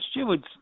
stewards